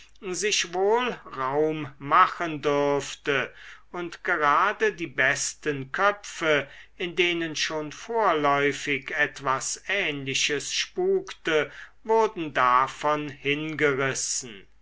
sich wohl raum machen dürfte und gerade die besten köpfe in denen schon vorläufig etwas ähnliches spukte wurden davon hingerissen